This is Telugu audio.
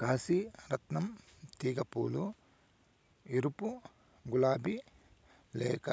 కాశీ రత్నం తీగ పూలు ఎరుపు, గులాబి లేక